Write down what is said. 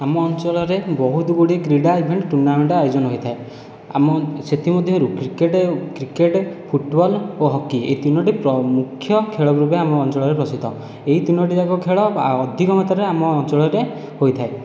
ଆମ ଅଞ୍ଚଳରେ ବହୁତ ଗୁଡ଼ିଏ କ୍ରୀଡ଼ା ଇଭେଣ୍ଟ ଟୁର୍ଣ୍ଣାମେଣ୍ଟ ଆୟୋଜନ ହୋଇଥାଏ ଆମ ସେଥିମଧ୍ୟରୁ କ୍ରିକେଟ କ୍ରିକେଟ ଫୁଟବଲ ଓ ହକି ଏହି ତିନୋଟି ମୁଖ୍ୟ ଖେଳ ରୂପେ ଆମ ଅଞ୍ଚଳରେ ପ୍ରସିଦ୍ଧ ଏହି ତିନୋଟି ଯାକ ଖେଳ ଅଧିକ ମାତ୍ରାରେ ଆମ ଅଞ୍ଚଳରେ ହୋଇଥାଏ